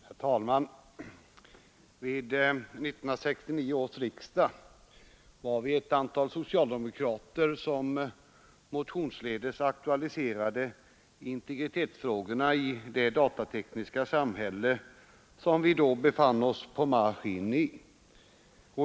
Herr talman! Vid 1969 års riksdag var vi ett antal socialdemokrater som motionsledes aktualiserade integritetsfrågorna i det datatekniska samhälle som vi då befann oss på marsch in i.